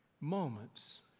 moments